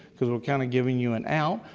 because we're kind of giving you an out.